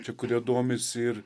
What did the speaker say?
čia kurie domisi ir